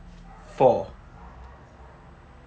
four